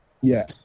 Yes